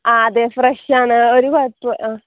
ആ അതെ ഫ്രഷ് ആണ് ഒരു കുഴപ്പവും ആ